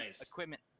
equipment